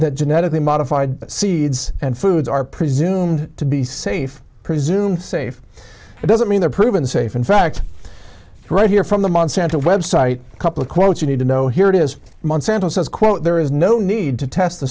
that genetically modified seeds and foods are presumed to be safe presumed safe doesn't mean they're proven safe in fact right here from the monsanto website a couple of quotes you need to know here it is monsanto says quote there is no need to test the